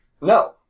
No